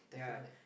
definitely